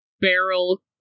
Barrel